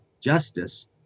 justice